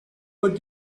what